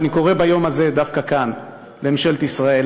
ואני קורא ביום הזה דווקא כאן לממשלת ישראל,